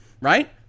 right